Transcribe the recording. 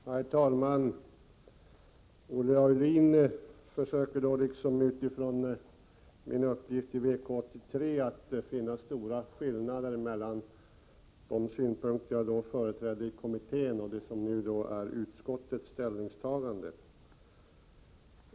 Herr talman! Olle Aulin försöker utifrån min uppgift i VK 83 att finna stora skillnader mellan de synpunkter jag företrädde i kommittén och dem som jag nu för fram när det gäller utskottets ställningstagande.